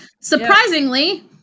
surprisingly